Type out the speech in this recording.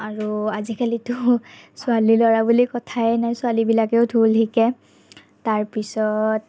আৰু আজিকালিতো ছোৱালী ল'ৰা বুলিতো কথায়েই নাই ছোৱালীবিলাকেও ঢোল শিকে তাৰপিছত